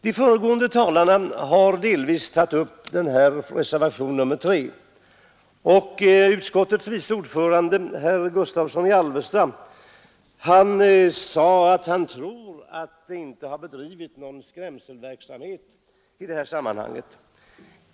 De föregående talarna har delvis berört reservationen 3, och utskottets vice ordförande herr Gustavsson i Alvesta trodde inte att det hade bedrivits någon skrämselverksamhet i det här sammanhanget.